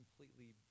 completely